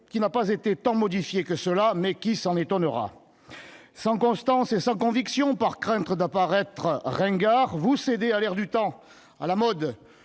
qui n'a pas été tant modifié que cela. Qui s'en étonnera ? Sans constance et sans conviction, par crainte d'apparaître ringards, vous cédez à l'air du temps, à la mode,